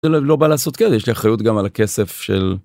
לא בא לעשות... כן, יש לי אחריות גם על הכסף של...